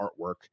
artwork